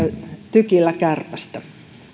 tykillä kärpästä